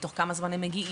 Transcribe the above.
תוך כמה זמן הם מגיעים,